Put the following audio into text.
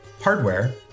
hardware